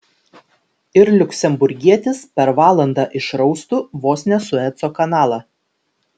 ir liuksemburgietis per valandą išraustų vos ne sueco kanalą